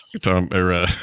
Tom